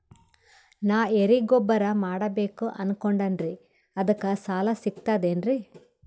ನಾ ಎರಿಗೊಬ್ಬರ ಮಾಡಬೇಕು ಅನಕೊಂಡಿನ್ರಿ ಅದಕ ಸಾಲಾ ಸಿಗ್ತದೇನ್ರಿ?